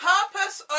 Purpose